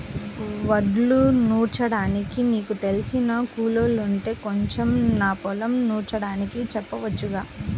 వడ్లు నూర్చడానికి నీకు తెలిసిన కూలోల్లుంటే కొంచెం నా పొలం నూర్చడానికి చెప్పొచ్చుగా